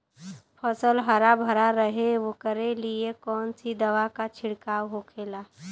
फसल हरा भरा रहे वोकरे लिए कौन सी दवा का छिड़काव होखेला?